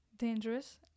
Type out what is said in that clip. dangerous